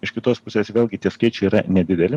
iš kitos pusės vėlgi tie skaičiai yra nedideli